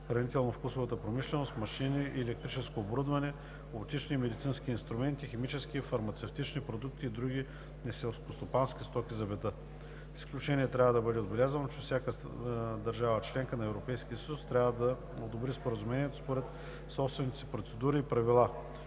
хранително-вкусовата промишленост, машини и електрическо оборудване, оптични и медицински инструменти, химически и фармацевтични продукти и други неселскостопански стоки за бита. В заключение трябва да бъде отбелязано, че всяка държава – членка на Европейския съюз, следва да одобри Споразумението според собствените си процедури и правила